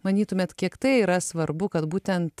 manytumėt kiek tai yra svarbu kad būtent